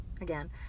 again